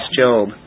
Job